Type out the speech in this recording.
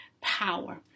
power